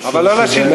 אבל לא לשלטון.